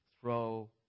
throw